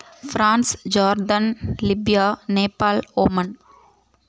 France jordan Libya Nepal Oman